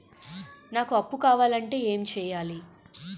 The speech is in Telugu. నాకు అప్పు కావాలి అంటే ఎం చేయాలి?